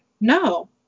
No